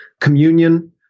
communion